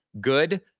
good